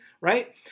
right